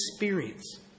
experience